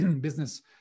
business